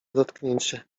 dotknięcie